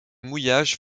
mouillage